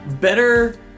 better